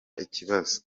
ikibazo